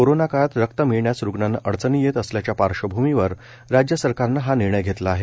corona काळात रक्त मिळण्यास रुग्णांना अडचणी येत असल्याच्या पार्श्वभूमीवर राज्य सरकारनं हा निर्णय घेतला आहे